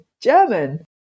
German